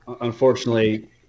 unfortunately